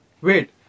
Wait